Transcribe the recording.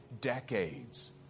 decades